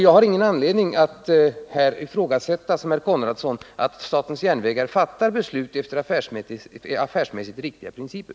Jag har ingen anledning att här ifrågasätta, som herr Konradsson gör, att statens järnvägar fattar beslut efter affärsmässigt riktiga principer.